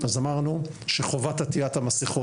אז אמרנו שחובת עטית המסכות,